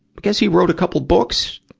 but guess he wrote a couple books.